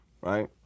right